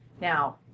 Now